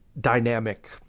dynamic